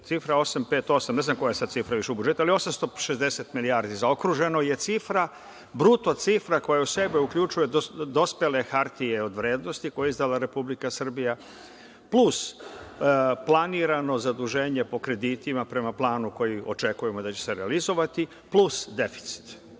858, ne znam više koja cifra u budžetu, ali 860 milijardi zaokruženo je bruto cifra koja u sebe uključuje dospele hartije od vrednosti koje je izdala Republika Srbija, plus planirano zaduženje po kreditima prema planu koji očekujemo da će se realizovati, plus deficit.